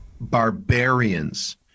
barbarians